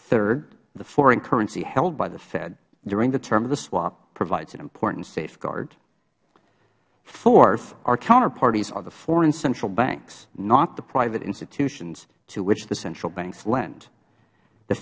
third the foreign currency held by the fed during the term of the swap provides an important safeguard fourth our counterparties are the foreign central banks not the private institutions to which the central banks lend the